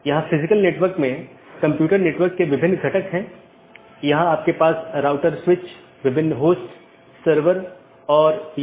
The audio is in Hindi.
और जैसा कि हम समझते हैं कि नीति हो सकती है क्योंकि ये सभी पाथ वेक्टर हैं इसलिए मैं नीति को परिभाषित कर सकता हूं कि कौन पारगमन कि तरह काम करे